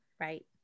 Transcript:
Right